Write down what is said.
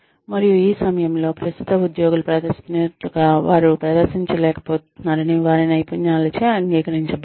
మరియు ఈ సమయంలో ప్రస్తుత ఉద్యోగులు ప్రదర్శిస్తున్నట్లుగా వారు ప్రదర్శించలేకపోతున్నారని వారి నైపుణ్యాలచే అంగీకరించబడ్డాయి